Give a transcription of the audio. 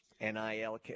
nil